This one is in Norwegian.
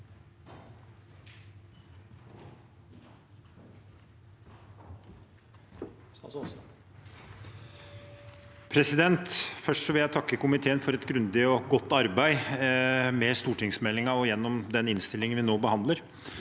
Først vil jeg tak- ke komiteen for et grundig og godt arbeid med stortingsmeldingen gjennom den innstillingen vi nå behandler.